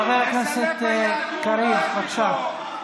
חבר הכנסת קריב, בבקשה.